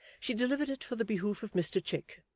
she delivered it for the behoof of mr chick,